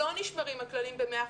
לא נשמרים הכללים ב- 100%,